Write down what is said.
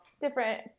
different